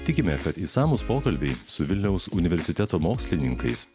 tikime kad išsamūs pokalbiai su vilniaus universiteto mokslininkais